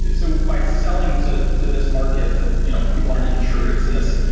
so by selling to to this market that you know people aren't even sure exist,